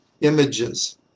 images